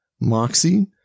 Moxie